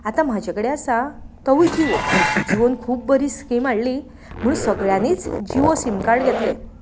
आतां म्हाजे कडेन आसा तोवूय जिवो जिवोन खूब बरी स्कीम हाडली म्हुणू सगळ्यांनीच जिवो सीम कार्ड घेतलें